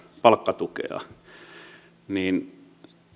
palkkatukea niin